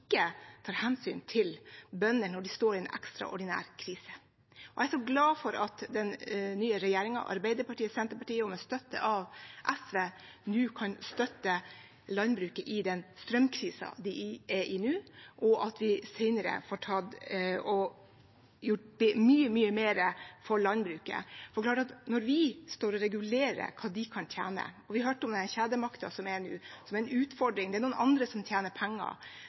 tar hensyn til bønder når de står i en ekstraordinær krise. Jeg er glad for at den nye regjeringen, Arbeiderpartiet og Senterpartiet, og med støtte av SV, kan støtte landbruket i den strømkrisen de er i nå, og at vi senere får gjort mye, mye mer for landbruket. Det er klart at når vi regulerer hva de kan tjene – og vi har hørt om kjedemakten, som er en utfordring, det er noen andre som tjener penger,